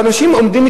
ואנשים עומדים,